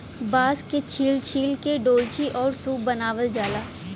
बांस के छील छील के डोल्ची आउर सूप बनावल जाला